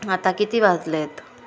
आता किती वाजले आहेत